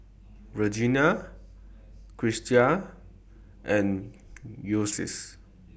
Virginia Christa and Ulysses